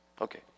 Okay